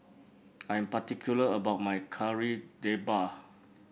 I'm particular about my Kari Debal